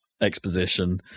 exposition